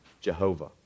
Jehovah